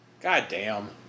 Goddamn